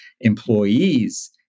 employees